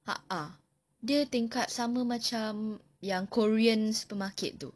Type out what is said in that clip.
!huh! uh dia tingkat yang sama macam yang korean supermarket itu